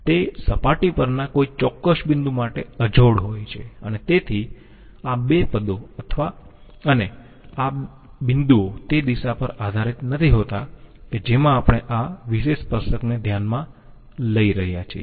તે સપાટી પરના કોઈ ચોક્કસ બિંદુ માટે અજોડ હોય છે અને તેથી આ 2 પદો અને આ બિંદુઓ તે દિશા પર આધારીત નથી હોતા કે જેમાં આપણે આ વિશેષ સ્પર્શકને ધ્યાનમાં લઈ રહ્યા છીએ